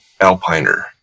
Alpiner